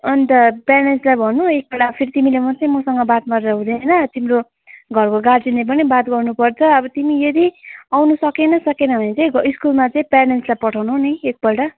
अनि त प्यारेन्ट्सलाई भन्नु एकपल्ट फेरि तिमीले मात्रै मसँग बात मारेर हुँदैन तिम्रो घरको गार्जेनले पनि बात गर्नुपर्छ अब तिमी यदि आउनु सकेन सकेन भने चाहिँ स्कुलमा चाहिँ प्यारेन्ट्सलाई पठाउनु नि एकपल्ट